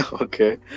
Okay